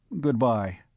Goodbye